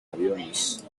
aviones